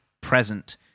present